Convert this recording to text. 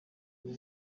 uwo